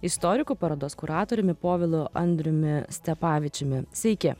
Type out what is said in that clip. istoriku parodos kuratoriumi povilu andriumi stepavičiumi sveiki